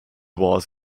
was